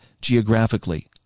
geographically